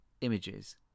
Images